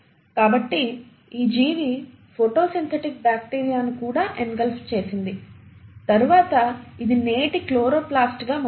కాబట్టి ఈ జీవి ఫోటో సింథటిక్ బ్యాక్టీరియాను కూడా ఎంగల్ఫ్ చేసింది తరువాత ఇది నేటి క్లోరోప్లాస్ట్గా మారింది